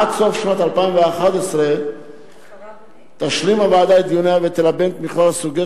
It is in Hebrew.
עד סוף שנת 2011 תשלים הוועדה את דיוניה ותלבן את מכלול הסוגיות